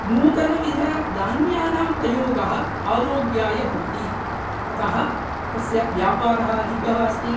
नूतनविधधान्यानां प्रयोगः आरोग्याय भवति अतः तस्य व्यापारः अधिकः अस्ति